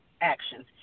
actions